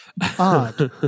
odd